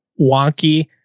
wonky